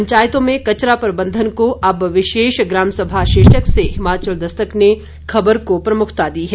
पंचायतों में कचरा प्रबंधन को अब विशेष ग्रामसभा शीर्षक से हिमाचल दस्तक ने खबर को प्रमुखता दी है